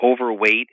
overweight